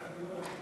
גברתי